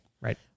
Right